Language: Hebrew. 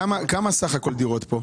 כמה דירות בסך הכול יש כאן?